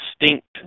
distinct